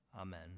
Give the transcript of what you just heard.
Amen